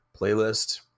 playlist